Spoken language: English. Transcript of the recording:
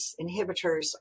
inhibitors